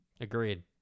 Agreed